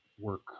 work